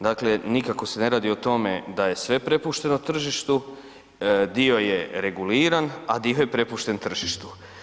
Dakle nikako se ne radi o tome da je sve prepušteno tržištu, dio je reguliran a dio je prepušten tržištu.